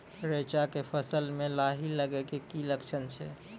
रैचा के फसल मे लाही लगे के की लक्छण छै?